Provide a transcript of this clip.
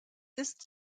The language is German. ist